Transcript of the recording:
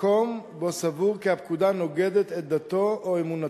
מקום שבו הוא סבור כי הפקודה נוגדת את דתו או אמונתו.